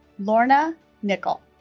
lorna nicol